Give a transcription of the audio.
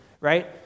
right